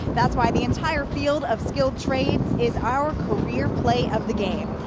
that's why the entire field of skilled trades is our career play of the game.